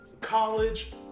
college